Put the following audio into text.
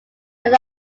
that